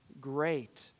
great